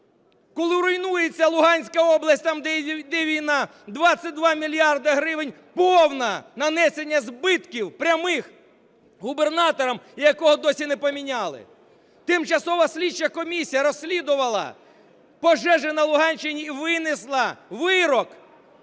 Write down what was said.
Коли руйнується Луганська область, там, де йде війна. 22 мільярди гривень – повне нанесення збитків прямих губернатором, якого досі не поміняли. Тимчасова слідча комісія розслідувала пожежі на Луганщині і винесла вирок.